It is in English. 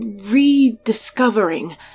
rediscovering